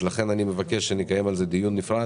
לכן אני מבקש שנקיים על זה דיון נפרד